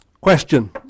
question